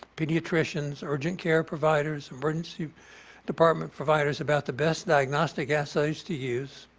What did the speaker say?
pediatricians, urgent care providers, emergency department providers about the best diagnostic assays to use,